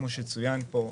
כפי שצוין פה,